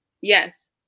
Yes